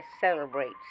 celebrates